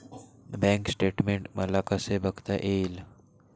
Bank statement मला कसे बघता येईल?